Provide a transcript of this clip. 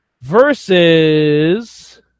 versus